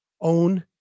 own